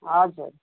हजुर